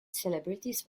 celebrities